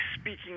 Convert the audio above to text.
speaking